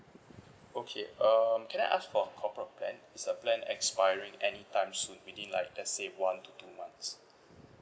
okay um can I ask for her corporate plan is her plan expiring anytime soon within like let's say one to two months